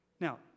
Now